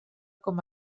com